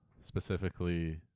specifically